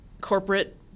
corporate